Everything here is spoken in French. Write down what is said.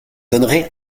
donnerai